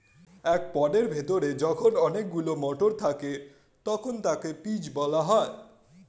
একটি পডের ভেতরে যখন অনেকগুলো মটর থাকে তখন তাকে পিজ বলা হয়